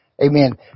Amen